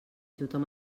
tothom